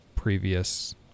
previous